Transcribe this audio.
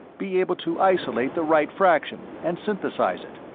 be able to isolate the right fraction, and synthesize it,